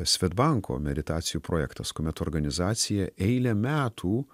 svedbanko meditacijų projektas kuomet organizacija eilę metų